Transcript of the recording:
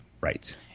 right